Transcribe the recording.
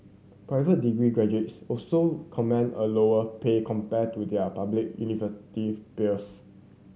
private degree graduates also command a lower pay compared to their public university peers